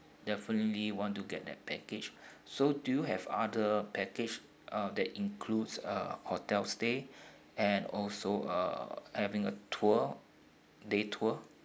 definitely want to get that package so do you have other package uh that includes uh hotel stay and also uh having a tour day tour